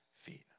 feet